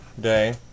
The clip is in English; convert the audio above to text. day